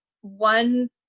one